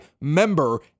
Member